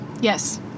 Yes